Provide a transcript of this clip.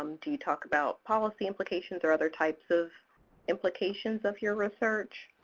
um do you talk about policy implications or other types of implications of your research?